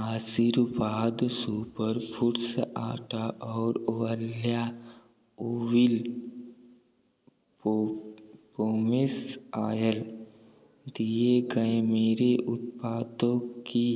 आशीर्वाद super foods आटा और वल्या ओविल पो पोमेस आयल दिए गए मेरे उत्पादों की